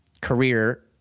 career